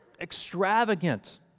extravagant